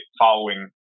following